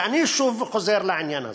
ואני שוב חוזר לעניין הזה.